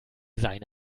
seine